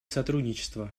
сотрудничество